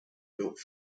built